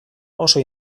oso